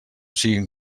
siguin